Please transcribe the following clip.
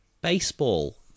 baseball